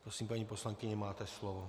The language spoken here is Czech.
Prosím, paní poslankyně, máte slovo.